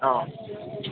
অঁ